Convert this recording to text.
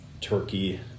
turkey